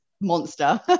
monster